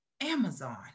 amazon